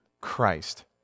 Christ